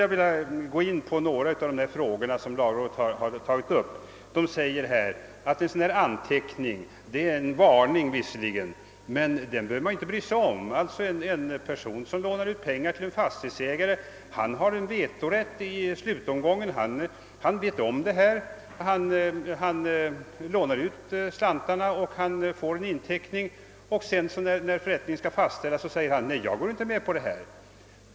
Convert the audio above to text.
Sedan vill jag beröra några av de synpunkter som lagrådet har anfört. Lagrådet skriver att en anteckning av det slag det här gäller visserligen är en varning, men man behöver inte bry sig om den. En person som lånar ut pengar till en fastighetsägare har vetorätt 1 slutomgången och det vet han. När han lämnar ut lånet får han en inteckning, och då förrättningen skall fastställas kan han säga att han inte går med på uppgörelsen.